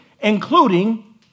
including